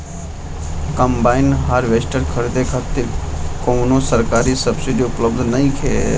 Combine harvester खरीदे खातिर कउनो सरकारी सब्सीडी उपलब्ध नइखे?